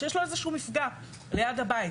שיש לו איזה שהוא מפגע ליד הבית.